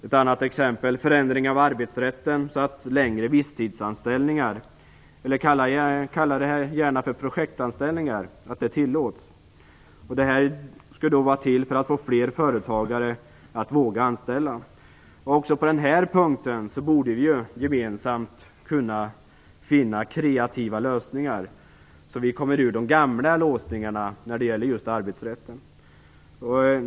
Ett annat exempel är förändring av arbetsrätten så att längre visstidsanställningar - kalla det gärna för projektanställningar - tillåts. Detta skulle vara till för att få fler företagare att våga anställa. Också på denna punkt borde vi gemensamt kunna finna kreativa lösningar så att vi kommer ur de gamla låsningarna när det gäller just arbetsrätten.